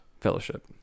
Fellowship